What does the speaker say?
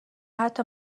حتی